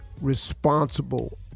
responsible